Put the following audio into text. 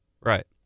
Right